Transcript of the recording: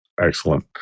Excellent